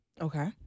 Okay